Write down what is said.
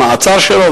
המעצר שלו,